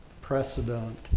precedent